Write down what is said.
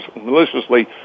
maliciously